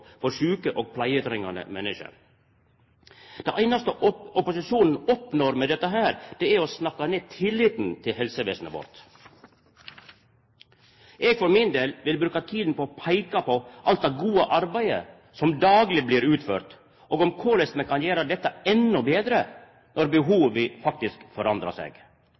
for sjuke og pleietrengande menneske. Det einaste opposisjonen oppnår med dette, er å snakka ned tilliten til helsevesenet vårt. Eg for min del vil bruka tida til å peika på alt det gode arbeidet som dagleg blir utført, og om korleis me kan gjera dette endå betre når behova faktisk forandrar seg.